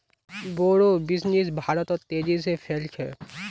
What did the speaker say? बोड़ो बिजनेस भारतत तेजी से फैल छ